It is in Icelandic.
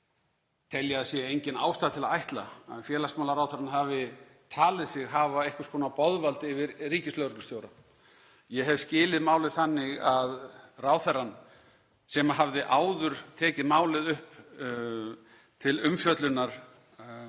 ég að það sé engin ástæða til að ætla að félagsmálaráðherrann hafi talið sig hafa einhvers konar boðvald yfir ríkislögreglustjóra. Ég hef skilið málið þannig að ráðherrann, sem hafði áður tekið málið upp til umfjöllunar í